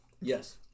Yes